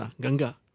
Ganga